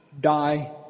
die